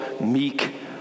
meek